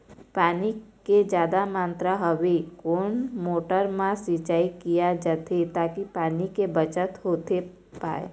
पानी के जादा मात्रा हवे कोन मोटर मा सिचाई किया जाथे ताकि पानी के बचत होथे पाए?